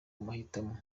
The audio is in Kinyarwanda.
mahitamo